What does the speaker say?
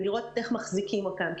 ולראות איך מחזיקים אותם.